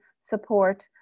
support